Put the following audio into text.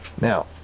Now